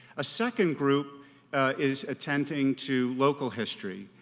a second group is attending to local history.